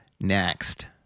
next